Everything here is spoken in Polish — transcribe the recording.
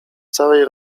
całej